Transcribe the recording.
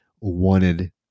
wanted